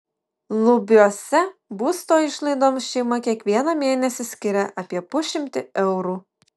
lubiuose būsto išlaidoms šeima kiekvieną mėnesį skiria apie pusšimtį eurų